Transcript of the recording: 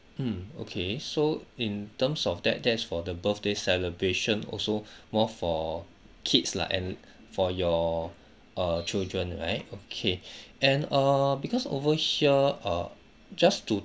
mm okay so in terms of that that's for the birthday celebration also more for kids lah and for your uh children right okay and err because over here uh just to